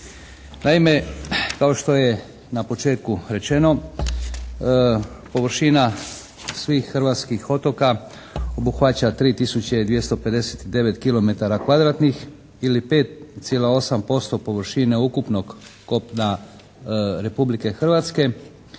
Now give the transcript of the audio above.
Naime, kao što je na početku rečeno površina svih hrvatskih otoka obuhvaća 3 tisuće 259 kilometara kvadratnih ili 5,8% površine ukupnog kopna Republike Hrvatske